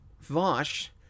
Vosh